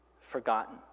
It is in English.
forgotten